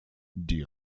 die